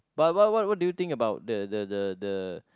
but what what what do you think about the the the the